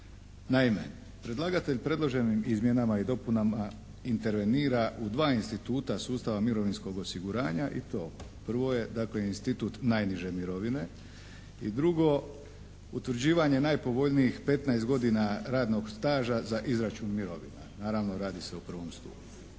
Naime, predlagatelj predloženim izmjenama i dopunama intervenira u dva instituta sustava mirovinsko osiguranja i to: prvo je dakle institut najniže mirovine i drugo utvrđivanje najpovoljnijih 15 godina radnog staža za izračun mirovina. Naravno radi se o prvom stupu.